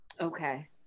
Okay